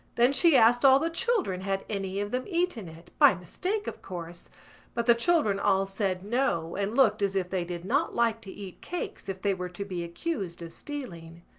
then she asked all the children had any of them eaten it by mistake, of course but the children all said no and looked as if they did not like to eat cakes if they were to be accused of stealing.